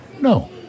No